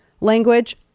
language